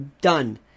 done